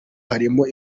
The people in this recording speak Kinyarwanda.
harimo